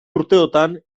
urteotan